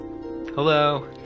Hello